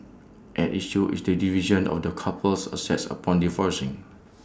at issue is the division of the couple's assets upon divorcing